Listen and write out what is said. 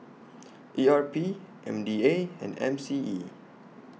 E R P M D A and M C E